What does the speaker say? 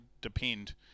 depend